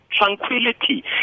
tranquility